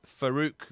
Farouk